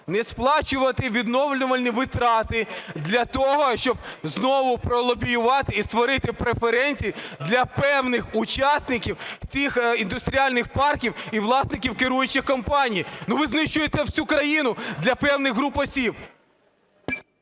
не сплачувати відновлювальні витрати для того, щоб знову пролобіювати і створити преференції для певних учасників цих індустріальних парків і власників керуючих компаній. Ну, ви знищуєте цю країну для певних груп осіб.